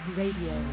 radio